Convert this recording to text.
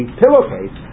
pillowcase